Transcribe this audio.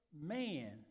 man